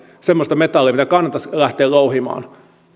semmoista metallia mitä kannattaisi lähteä louhimaan